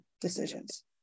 decisions